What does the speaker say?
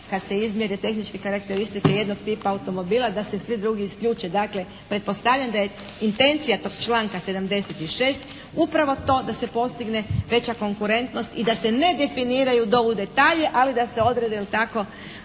kada se izmjere tehničke karakteristike automobila da se svi drugi isključe. Dakle pretpostavljam da je intencija tog članka 76. upravo to da se postigne veća konkurentnost i da se ne definiraju do u detalje, ali da se odrede jel' tako,